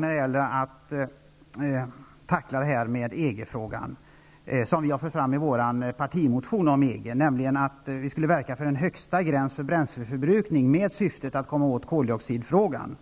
När det gäller att tackla EG-frågan, finns det som vi har fört fram i vår partimotion om EG, nämligen att vi skall verka för en högsta gräns för bränsleförbrukning. Syftet med detta är att komma åt koldioxidfrågan